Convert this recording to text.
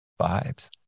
vibes